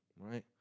Right